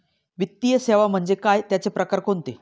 वित्तीय सेवा म्हणजे काय? त्यांचे प्रकार कोणते?